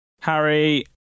Harry